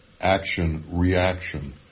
action-reaction